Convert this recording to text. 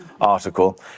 article